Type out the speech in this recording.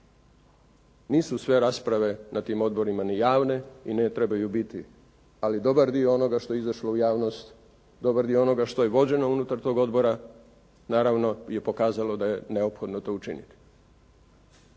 Nisu sve rasprave na tim odborima ni javne i ne trebaju biti. Ali dobar dio onoga što je izašlo u javnost, dobar dio onoga što je vođeno unutar tog odbora naravno je pokazalo da je neophodno to učiniti.